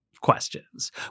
questions